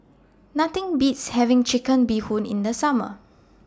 Nothing Beats having Chicken Bee Hoon in The Summer